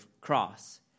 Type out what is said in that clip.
cross